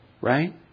Right